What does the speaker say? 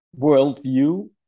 worldview